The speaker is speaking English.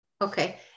Okay